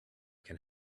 can